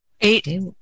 Eight